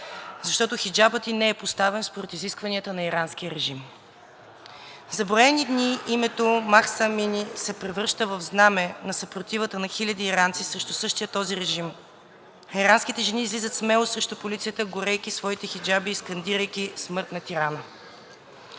защото хиджабът ѝ не е поставен според изискванията на иранския режим. За броени дни името Махса Амини се превръща в знаме на съпротивата на хиляди иранци срещу същия този режим. Иранските жени излизат смело срещу полицията, горейки своите хиджаби и скандирайки: „Смърт на тирана!“